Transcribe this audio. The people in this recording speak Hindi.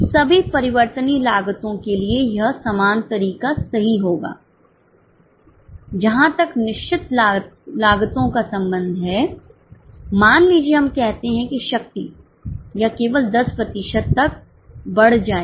सभी परिवर्तनीय लागतों के लिए यह समान तरीका सही होगा जहां तक निश्चित लागतों का संबंध है मान लीजिए हम कहते हैं कि शक्ति यह केवल 10 प्रतिशत तक बढ़ जाएगी